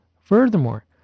Furthermore